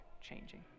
changing